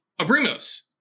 Abrimos